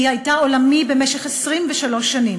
היא הייתה עולמי במשך 23 שנים.